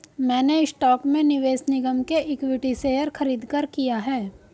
मैंने स्टॉक में निवेश निगम के इक्विटी शेयर खरीदकर किया है